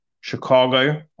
Chicago